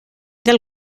del